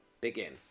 begin